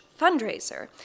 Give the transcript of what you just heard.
fundraiser